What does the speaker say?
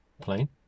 plane